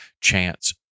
chance